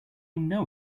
know